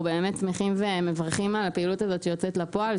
באמת שמחים ומברכים על הפעילות הזאת שיוצאת לפועל,